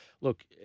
look